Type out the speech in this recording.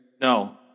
No